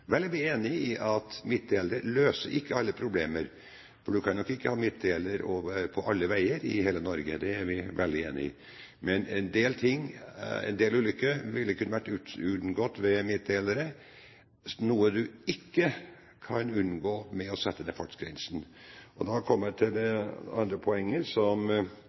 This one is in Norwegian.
Vel er vi er enige om at midtdelere ikke løser alle problemer – for du kan nok ikke ha midtdelere på alle veier i hele Norge. Det er vi veldig enige om. Men en del ulykker ville kunne vært unngått ved midtdelere, noe du ikke kan unngå ved å sette ned fartsgrensen. Og da kommer jeg til det andre poenget: